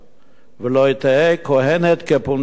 ולא תהא כוהנת כפונדקית,